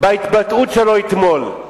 בהתבטאות שלו אתמול.